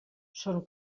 son